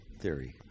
theory